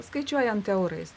skaičiuojant eurais